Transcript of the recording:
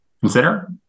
consider